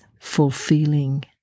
fulfilling